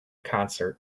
concert